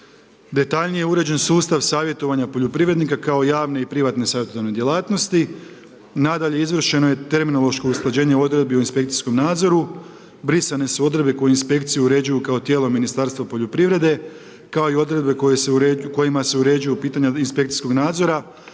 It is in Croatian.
Detaljnije je uređen sustav savjetovanja poljoprivrednika kao javne i privatne savjetodavne djelatnosti, nadalje izvršeno je terminološko usklađenje odredbi o inspekcijskom nadzoru, brisane su odredbe koje inspekciju uređuju kao tijelo Ministarstva poljoprivrede kao i odredbe koje se, kojima se uređuju pitanja inspekcijskog nadzora